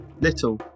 little